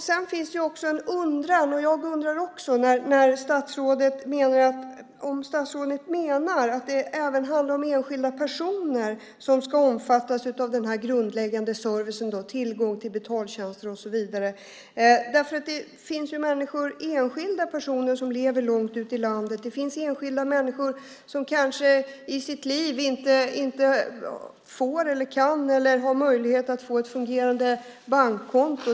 Sedan finns också en undran, och jag undrar också om statsrådet menar att även enskilda personer ska omfattas av den grundläggande servicen och ha tillgång till betaltjänster och så vidare. Det finns ju enskilda personer som lever långt ute i landet. Det finns enskilda människor som i sitt liv inte får, kan eller har möjlighet att ha ett fungerande bankkonto.